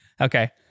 Okay